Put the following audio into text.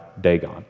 Dagon